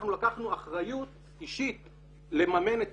אנחנו לקחנו אחריות אישית לממן את